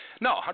no